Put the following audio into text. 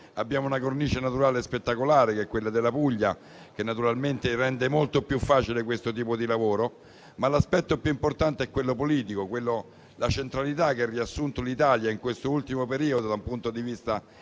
Abbiamo una cornice naturale spettacolare, che è quella della Puglia, che naturalmente rende molto più facile questo tipo di lavoro. L'aspetto più importante però è quello politico, la centralità che ha riassunto l'Italia nell'ultimo periodo da un punto di vista